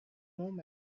moment